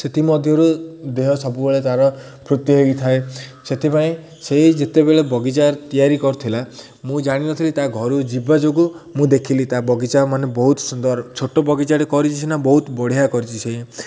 ସେଥିମଧ୍ୟରୁ ଦେହ ସବୁବେଳେ ତାର ଫୁର୍ତ୍ତି ହେଇକି ଥାଏ ସେଥିପାଇଁ ସେଇ ଯେତେବେଳେ ବଗିଚା ତିଆରି କରିଥିଲା ମୁଁ ଜାଣିନଥିଲି ତା ଘରୁ ଯିବା ଯୋଗୁଁ ମୁଁ ଦେଖିଲି ତା ବଗିଚା ମାନେ ବହୁତ ସୁନ୍ଦର ଛୋଟ ବଗିଚାରେରେ କରିଛି ସିନା ବହୁତ ବଢ଼ିଆ କରିଛି ସେ